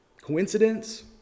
Coincidence